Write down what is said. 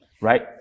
right